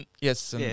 Yes